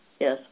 Yes